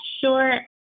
sure